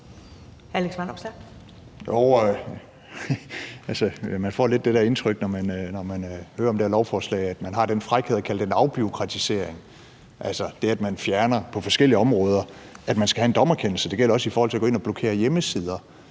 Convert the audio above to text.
Man får lidt det indtryk, når man hører om det her lovforslag, at der er tale om en afbureaukratisering, altså ved at man på forskellige områder fjerner det, at man skal have en dommerkendelse; det gælder også i forhold til at gå ind og blokere hjemmesider.